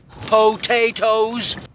potatoes